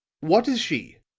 what is she?